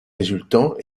résultant